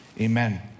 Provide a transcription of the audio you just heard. amen